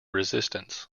resistance